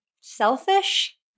selfish